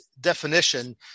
definition